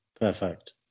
Perfect